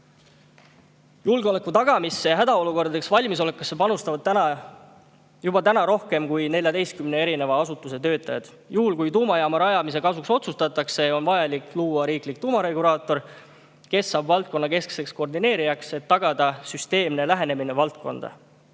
Julgeoleku tagamisse ja hädaolukordadeks valmisolekusse panustavad juba täna rohkem kui 14 asutuse töötajad. Juhul kui otsustatakse tuumajaama rajamise kasuks, on vaja luua riiklik tuumaregulaator, kes saab valdkonna keskseks koordineerijaks, et tagada süsteemne lähenemine valdkonnale.